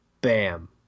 bam